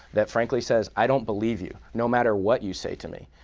that frankly says, i don't believe you no matter what you say to me.